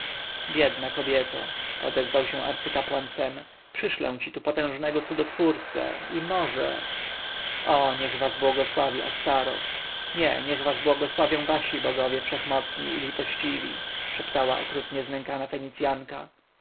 biedna kobieto odezwał się arcykapłan sem przyszlę ci tu potężnego cudotwórcę i może o niech was błogosławi astoreth nie niech was błogosławią wasi bogowie wszechmocni i litościwi szeptała okrutnie znękana